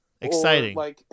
Exciting